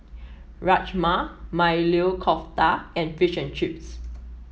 Rajma Maili Kofta and Fish and Chips